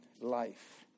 life